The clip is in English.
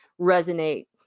resonate